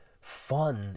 fun